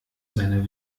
seiner